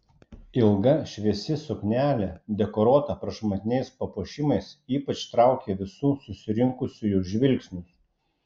ilga šviesi suknelė dekoruota prašmatniais papuošimais ypač traukė visų susirinkusiųjų žvilgsnius